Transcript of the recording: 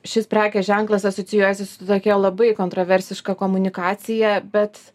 šis prekės ženklas asocijuojasi su tokia labai kontraversiška komunikacija bet